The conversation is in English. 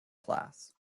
class